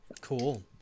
Cool